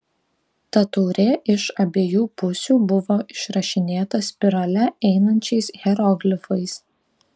ta taurė iš abiejų pusių buvo išrašinėta spirale einančiais hieroglifais